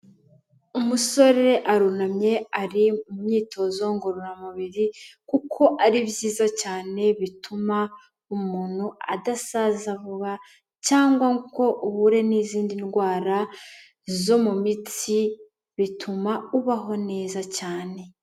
Umusore arunamye, ari mu myitozo ngororamubiri, kuko ari byiza cyane, bituma umuntu adasaza vuba cyangwa ngo uhure n'izindi ndwara zo mu mitsi; bituma ubaho neza cyane.